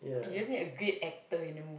you just need a great actor in the move